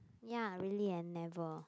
ya really eh never